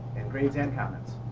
and grades and comments.